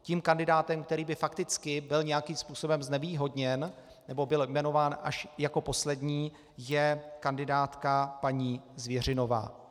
Tím kandidátem, který by fakticky byl nějakým způsobem znevýhodněn nebo byl jmenován až jako poslední, je kandidátka paní Zvěřinová.